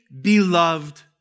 beloved